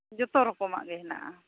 ᱡᱚᱛᱚ ᱨᱚᱠᱚᱢᱟᱜ ᱜᱮ ᱦᱮᱱᱟᱜᱼᱟ